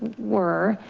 we're